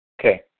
Okay